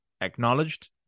acknowledged